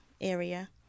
area